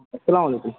السلام علیکم